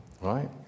right